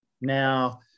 Now